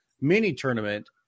mini-tournament